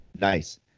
nice